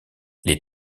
les